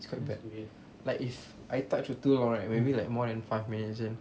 it's quite bad like if I touch for too long right maybe like more than five minutes then